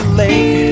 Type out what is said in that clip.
lake